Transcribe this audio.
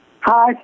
Hi